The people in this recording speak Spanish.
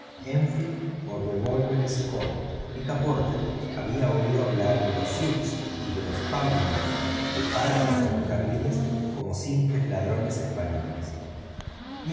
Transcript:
o revólveres colt picaporte había oído hablar de los sioux y de los pawnies que paran los ferrocarriles como simples ladrones españoles